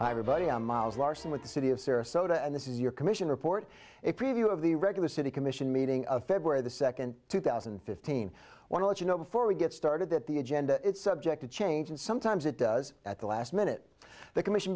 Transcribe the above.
everybody i'm miles larsen with the city of sarasota and this is your commission report a preview of the regular city commission meeting of february the second two thousand and fifteen want to let you know before we get started that the agenda it's subject to change and sometimes it does at the last minute the commission